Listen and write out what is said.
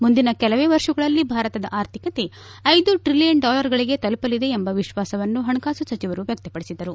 ಮುಂದಿನ ಕೆಲವೇ ವರ್ಷಗಳಲ್ಲಿ ಭಾರತದ ಆರ್ಥಿಕತೆ ಐದು ಟ್ರಿಲಿಯನ್ ಡಾಲರ್ಗಳಿಗೆ ತಲುಪಲಿದೆ ಎಂಬ ವಿಶ್ವಾಸವನ್ನು ಹಣಕಾಸು ಸಚಿವರು ವ್ಯಕ್ಲಪಡಿಸಿದರು